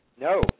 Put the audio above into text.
No